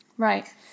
Right